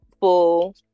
full